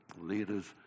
leaders